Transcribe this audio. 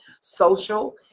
social